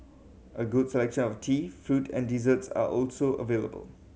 a good selection of tea fruit and desserts are also available